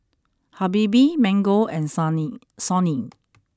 Habibie Mango and Sony